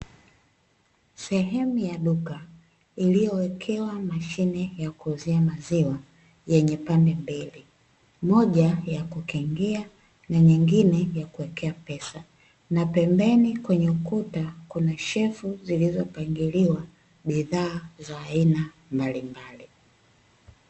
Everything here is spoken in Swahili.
sehemu ya duka iliyowekewa mashine ya kuuzia maziwa yenye pande mbili moja ya kukingia, na nyingine ya kuwekea pesa na pembeni kwenye ukuta kuna shefu zilizopangiliwa bidhaa za aina mbalimbali.